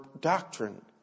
doctrine